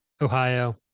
Ohio